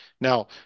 Now